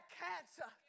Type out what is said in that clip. cancer